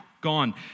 gone